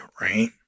right